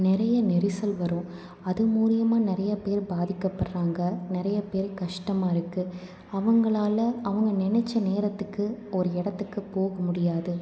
நிறையா நெரிசல் வரும் அது மூலியமாக நிறையா பேர் பாதிக்கப்பட்றாங்க நிறையா பேர் கஷ்டமாக இருக்கு அவங்களால் அவங்க நினச்ச நேரத்துக்கு ஒரு இடத்துக்கு போக முடியாது